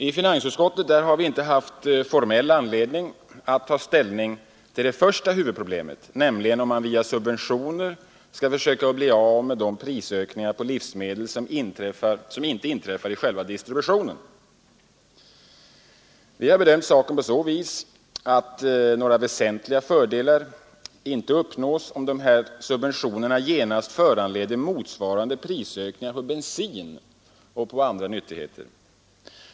I finansutskottet har vi inte haft formell anledning att ta ställning till det första huvudproblemet, nämligen om man via subventioner skall försöka bli av med de prisökningar på livsmedel som inte inträffar i själva distributionen. Vi har bedömt saken på så vis att några väsentliga fördelar inte uppnås om dessa subventioner genast föranleder motsvarande prishöjningar på bensin och andra nyttigheter.